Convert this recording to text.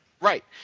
Right